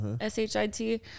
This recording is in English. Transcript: s-h-i-t